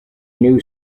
new